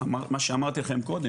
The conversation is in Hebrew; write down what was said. כמו שאמרתי קודם,